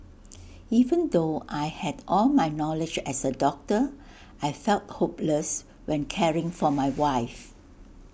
even though I had all my knowledge as A doctor I felt hopeless when caring for my wife